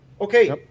okay